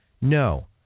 No